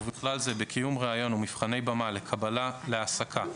ובכלל זה בקיום ראיון ומבחני במה לקבלה להעסקה,